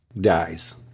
dies